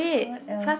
what else